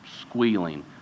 squealing